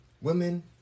Women